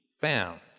found